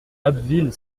abbeville